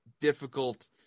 difficult